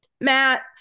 Matt